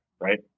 right